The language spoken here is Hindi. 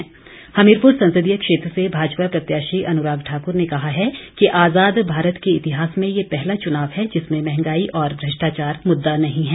अनुराग ठाकुर हमीरपुर संसदीय क्षेत्र से भाजपा प्रत्याशी अनुराग ठाकुर ने कहा है कि आजाद भारत के इतिहास में ये पहला चुनाव है जिसमें महंगाई और भ्रष्टाचार मुद्दा नहीं है